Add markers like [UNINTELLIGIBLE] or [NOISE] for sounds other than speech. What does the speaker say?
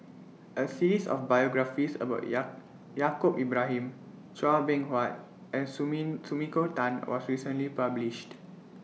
A series of biographies about [UNINTELLIGIBLE] Yaacob Ibrahim Chua Beng Huat and [UNINTELLIGIBLE] Sumiko Tan was recently published